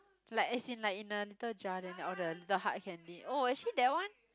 like as in like in a little jar then like all the little hard candy oh actually that one